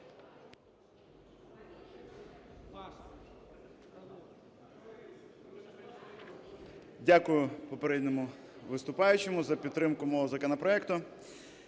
Дякую попередньому виступаючому за підтримку мого законопроекту.